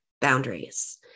boundaries